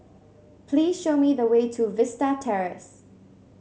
please show me the way to Vista Terrace